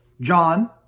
John